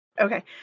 Okay